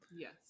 Yes